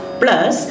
plus